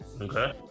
okay